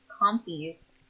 compies